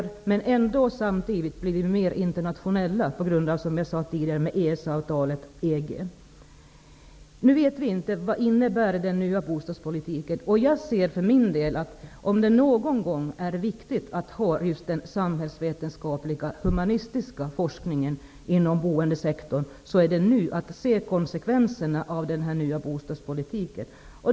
Samtidigt blir vi, som jag sade tidigare, mer internationella på grund av EES-avtalet och EG. Nu vet vi inte vad den nya bostadspolitiken innebär. Jag tycker för min del att om det någon gång är viktigt att ha just den samhällsvetenskapliga humanistiska forskningen inom boendesektorn så är det nu, så att vi kan se konsekvenserna av den nya bostadspolitiken.